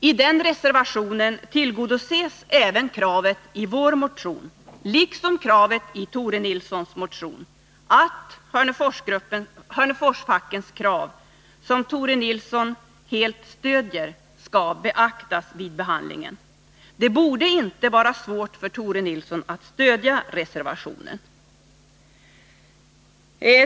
I reservationen tillgodoses även kravet i vår motion — liksom kravet i Tore Nilssons motion — att Hörneforsgruppens önskemål skall beaktas vid behandlingen av frågan. Det borde därför inte vara svårt för Tore Nilsson att stödja reservationen.